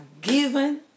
given